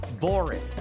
boring